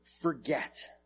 forget